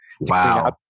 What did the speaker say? Wow